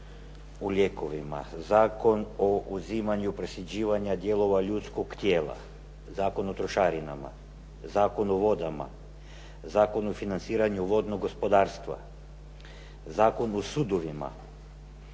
o lijekovima, Zakon o uzimanju presađivanja dijelova ljudskog tijela, Zakon o trošarinama, Zakon o vodama, Zakon o financiranju vodnog gospodarstva, Zakon o sudovima,